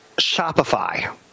Shopify